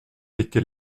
été